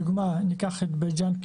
לדוגמה ניקח את בית ג'אן,